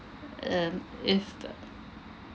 um if the